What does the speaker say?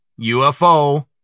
UFO